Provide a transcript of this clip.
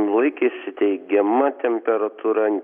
laikėsi teigiama temperatūra